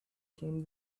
came